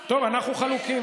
טוב, אנחנו חלוקים.